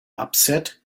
upset